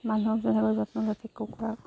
মানুহক যেনেকৈ যত্ন কুকুৰাক